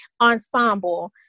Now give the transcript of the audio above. ensemble